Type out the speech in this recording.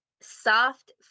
soft